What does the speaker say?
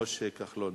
משה כחלון.